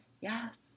Yes